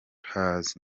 has